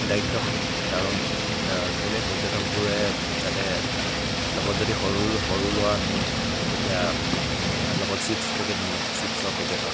দায়িত্ব থাকে কাৰণ কেলৈ পৰ্যটকবোৰে যাতে লগত যদি সৰু সৰু ল'ৰা নিয়ে তেতিয়া লগত চিপছ্ পেকেট নিয়ে চিপছৰ পেকেটৰ